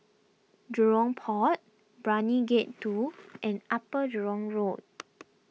Jurong Port Brani Gate two and Upper Jurong Road